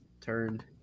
turned